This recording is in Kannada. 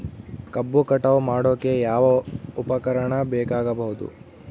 ಕಬ್ಬು ಕಟಾವು ಮಾಡೋಕೆ ಯಾವ ಉಪಕರಣ ಬೇಕಾಗಬಹುದು?